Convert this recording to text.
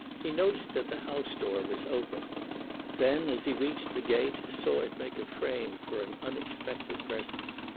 he noticed that the house-door was open then, as he reached the gate, saw it make a frame for an unexpected presence.